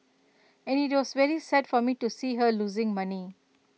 and IT was very sad for me to see her losing money